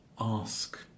ask